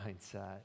mindset